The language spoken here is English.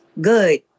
Good